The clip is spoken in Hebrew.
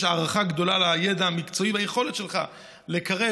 יש הערכה גדולה לידע המקצועי וליכולת שלך לקרב